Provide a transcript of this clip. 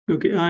Okay